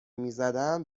میزدم